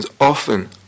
Often